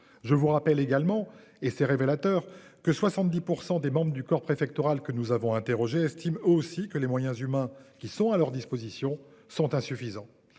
Je vous rappelle également et c'est révélateur que 70% des membres du corps préfectoral, que nous avons interrogées estiment aussi que les moyens humains qui sont à leur disposition sont insuffisants.